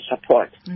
support